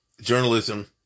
journalism